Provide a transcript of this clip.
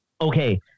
Okay